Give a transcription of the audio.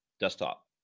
desktop